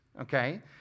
okay